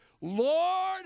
Lord